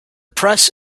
press